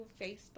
Facebook